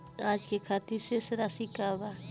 आज के खातिर शेष राशि का बा?